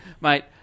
Mate